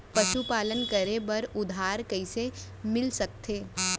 पशुपालन करे बर उधार कइसे मिलिस सकथे?